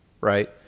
right